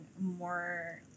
more